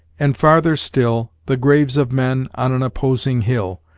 and farther still, the graves of men on an opposing hill,